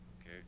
Okay